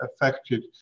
affected